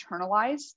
internalize